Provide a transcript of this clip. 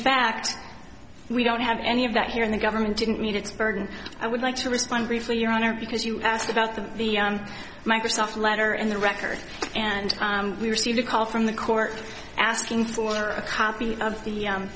fact we don't have any of that here in the government didn't meet its burden i would like to respond briefly your honor because you asked about the microsoft letter and the record and we received a call from the court asking for a copy of the